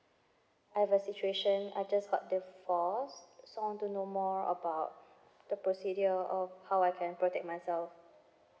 I've a situation I just got divorce so want to know more about the procedure of how I can protect myself